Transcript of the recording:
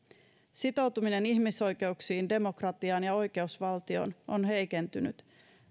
sitoutuminen ihmisoikeuksiin demokratiaan ja oikeusvaltioon on heikentynyt